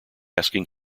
asking